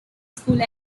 school